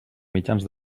mitjans